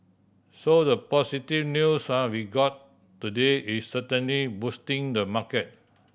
so the positive news are we got today is certainly boosting the market